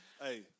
hey